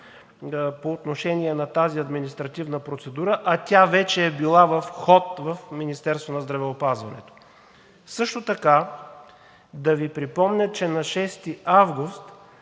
по отношение на тази административна процедура, а тя вече е била в ход в Министерството на здравеопазването. Също така да Ви припомня, че на 6 август,